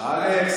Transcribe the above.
אלכס,